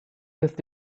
with